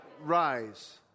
Rise